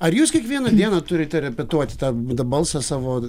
ar jūs kiekvieną dieną turite repetuoti tą tą balsą savo